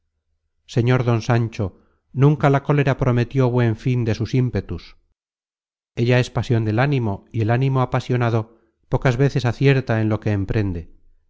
señor don sancho nunca la cólera prometió buen fin de sus ímpetus ella es pasion del ánimo y el ánimo apasionado pocas veces acierta en lo que emprende